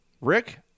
rick